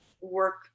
work